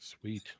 Sweet